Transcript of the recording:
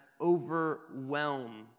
overwhelm